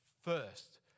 first